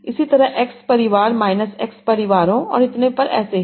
इसी तरह एक्स परिवार माइनस एक्स परिवारों और इतने पर ऐसे ही